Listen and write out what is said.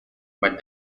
but